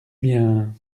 bien